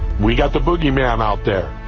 we got the bogeyman out there.